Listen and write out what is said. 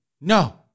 No